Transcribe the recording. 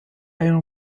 einer